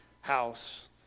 house